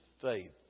faith